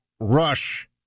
Rush